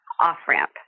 off-ramp